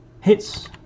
Hits